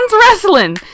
wrestling